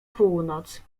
północ